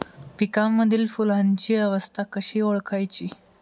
पिकांमधील फुलांची अवस्था कशी ओळखायची?